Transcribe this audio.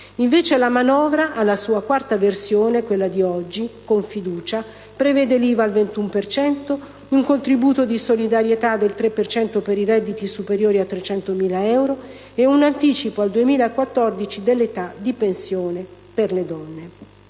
Invece la manovra, alla sua quarta versione, quella di oggi con fiducia, prevede l'IVA al 21 per cento, un contributo di solidarietà del 3 per cento per i redditi superiori a 300.000 euro e un anticipo al 2014 dell'aumento dell'età di pensione per le donne